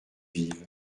vive